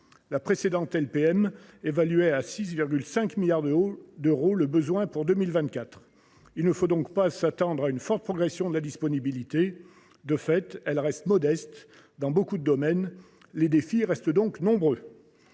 la précédente LPM évaluait à 6,5 milliards d’euros le besoin de financement pour 2024. Il ne faut donc pas s’attendre à une forte progression de la disponibilité des matériels. De fait, elle reste modeste dans bien des domaines. Les défis restent donc nombreux.